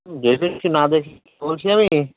দেখেই তো না দেখে কি বলছি আমি